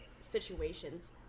situations